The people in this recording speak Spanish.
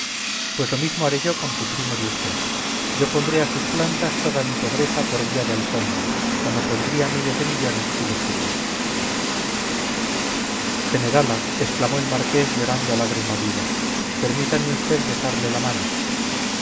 pues lo mismo haré yo con su primo de usted yo pondré a sus plantas toda mi pobreza por vía de alfombra como pondría miles de millones si los tuviese generala exclamó el marqués llorando a lágrima viva permítame usted besarle la mano